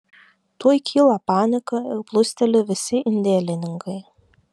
tuoj kyla panika ir plūsteli visi indėlininkai